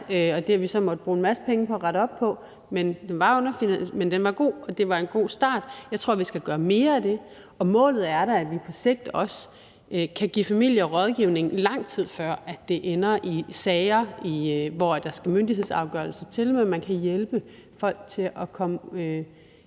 og det har vi så måttet bruge en masse penge på at rette op på – var god, og at det var en god start. Jeg tror, vi skal gøre mere af det. Målet er da, at vi på sigt også kan give familierådgivning, lang tid før det ender i sager, hvor der skal myndighedsafgørelser til, men at man kan hjælpe folk til at komme